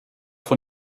von